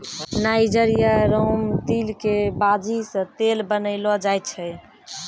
niger या रामतिल के बीज सॅ तेल बनैलो जाय छै